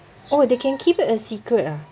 oh they can keep it a secret ah